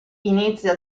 inizia